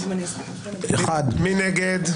מי נגד?